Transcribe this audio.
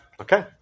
Okay